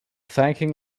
thanking